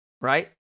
right